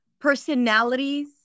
personalities